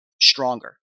stronger